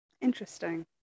Interesting